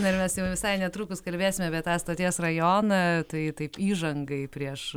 na ir mes jau visai netrukus kalbėsime apie tą stoties rajoną tai taip įžangai prieš